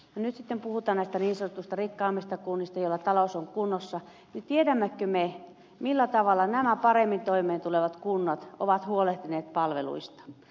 kun nyt sitten puhutaan näistä niin sanotuista rikkaammista kunnista joilla talous on kunnossa niin tiedämmekö me millä tavalla nämä paremmin toimeen tulevat kunnat ovat huolehtineet palveluistaan